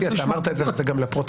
אתה אמרת את זה וזה גם לפרוטוקול.